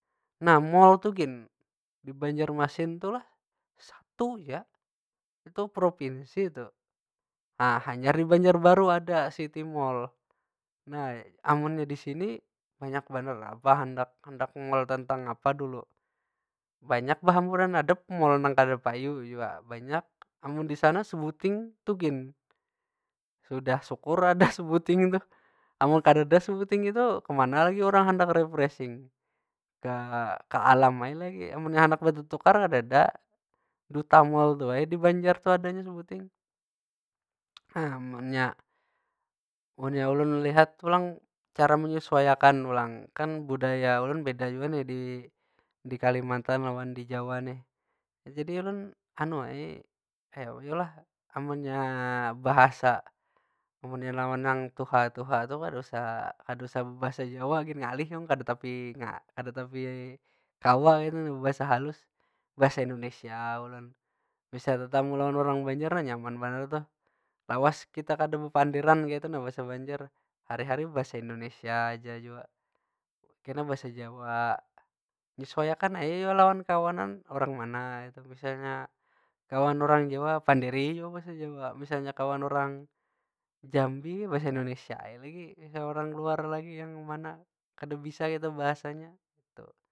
Nah mall tu gin, di banjarmasin tu lah satu ja. Itu provinsi tu. Nah hanyar di banjar baru ada city mall. Nah amunnya di sini banyak banar lah, apa handak- handak mall tentang apa dulu. Banyak behamburan, ada pulang mall nang kada payu jua, banyak. Amun di sana sebuting, tu gin sudah sukur ada sebuting tuh. Amun kadada sebuting itu kemana lagi orang handak refreshing? Ka- ka alam ai lagi amunnya handak betetukar kadada. Duta mall tu ai di banjar tu adanya sebuting. nah munnya, munnya ulun lihat pulang cara menyesuaiakan pulang. Kan budaya ulun beda jua nih di- di kalimantan lawan di jawa nih. Jadi ulun kayapa yu lah? Amunnya bahasa, amunnya lawan nang tuha- tuha tu kada usah kada usah bebahasa jawa gin ngalih kam, kada tapi kada tapi kawa kaytu nah bebahasa halus. Bahasa indonesia ulun. Misal tetamu lawan urang banjar, ma nyaman banar tuh. Lawas kita kada bepandiran kaytu nah bahasa banjar. Hari- hari bebahasa indonesia ja jua. Kena bahasa jawa, menyesuaiakan ai ya kalo lawan kawanan, urang mana kaytu. Misalnya kawan urang jawa, panderi jua bahasa jawa, misalnya kawan urang jambi, bahasa indonesia ai lagi. Misal urang luar lagi yang mana kada bisa kita bahasanya tu.